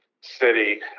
city